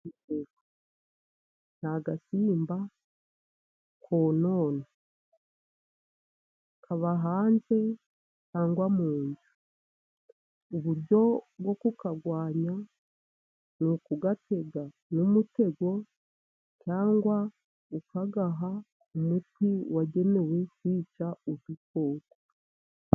Imbeba ni agasimba konona. Kaba hanze cyangwa mu nzu. Uburyo bwo kukarwanya ni ukugatega n'umutego cyangwa ukagaha umuti wagenewe kwica udukoko.